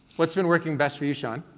what's been working best for you, sean?